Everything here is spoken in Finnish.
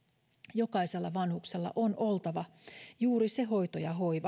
jokaisella vanhuksella on oltava juuri se hoito ja hoiva